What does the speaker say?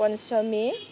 पन्समि